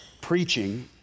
preaching